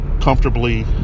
comfortably